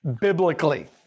biblically